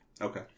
Okay